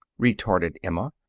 retorted emma,